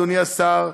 אדוני השר,